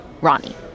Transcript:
Ronnie